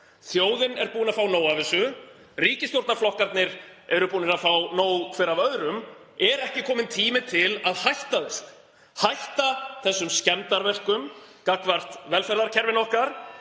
Þjóðin er búin að fá nóg af þessu. Ríkisstjórnarflokkarnir eru búnir að fá nóg hver af öðrum. Er ekki kominn tími til að hætta þessu, hætta þessum skemmdarverkum gagnvart velferðarkerfinu okkar,